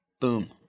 Boom